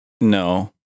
No